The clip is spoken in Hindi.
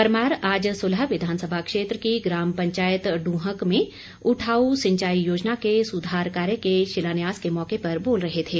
परमार आज सुलह विधानसभा क्षेत्र की ग्राम पंचायत ड्रंहक में उठाऊ सिंचाई योजना के सुधार कार्य के शिलान्यास के मौके पर बोल रहे थे